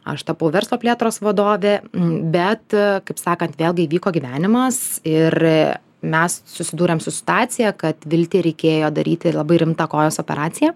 aš tapau verslo plėtros vadovė bet kaip sakant vėlgi įvyko gyvenimas ir mes susidūrėm su situacija kad viltei reikėjo daryti labai rimtą kojos operacija